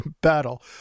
battle